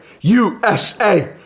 USA